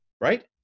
right